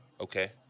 okay